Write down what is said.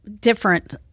different